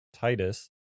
Titus